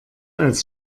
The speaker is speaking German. als